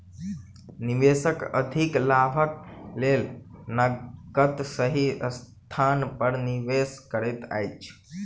निवेशक अधिक लाभक लेल नकद सही स्थान पर निवेश करैत अछि